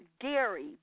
Gary